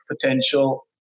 potential